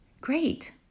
Great